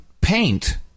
paint